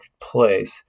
place